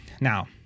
now